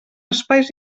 espais